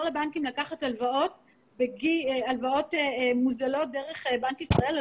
לבנקים לקחת הלוואות מוזלות דרך בנק ישראל,